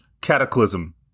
cataclysm